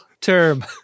term